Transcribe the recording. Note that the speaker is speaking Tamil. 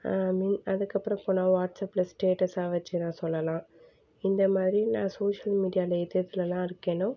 மின் அதுக்கப்புறம் போனால் வாட்ஸப்ல ஸ்டேட்டஸாக வச்சு நான் சொல்லலாம் இந்தமாதிரி நான் சோஷியல் மீடியாவில எது எதிலலாம் இருக்கேனோ